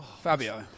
Fabio